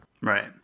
Right